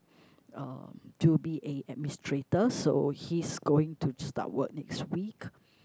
uh to be a administrator so he's going to start work next week